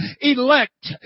elect